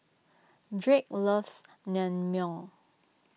Drake loves Naengmyeon